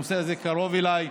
הנושא הזה קרוב אליי.